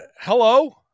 Hello